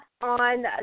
on